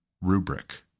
rubric